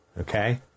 Okay